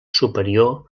superior